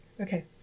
Okay